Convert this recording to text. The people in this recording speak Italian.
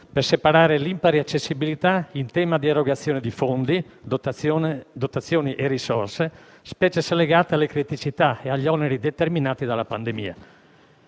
per superare l'impari accessibilità in tema di erogazione di fondi, dotazioni e risorse, specialmente se legate alle criticità e agli oneri determinati dalla pandemia;